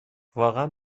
واقعا